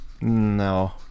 No